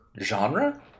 genre